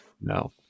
No